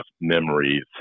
memories